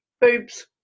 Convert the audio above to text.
Boobs